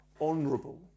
honorable